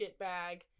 shitbag